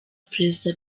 perezida